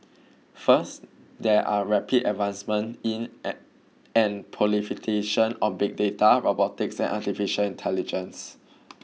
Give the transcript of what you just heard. first there are rapid advancements in at and of big data robotics and artificial intelligence